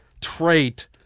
trait